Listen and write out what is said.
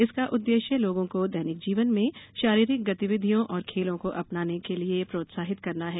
इसका उद्देश्य लोगों को दैनिक जीवन में शारीरिक गतिविधियों और खेल को अपनाने के लिए प्रोत्साहित करना है